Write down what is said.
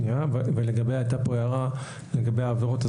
הייתה כאן הערה לגבי העבירות,